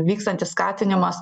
vykstantis skatinimas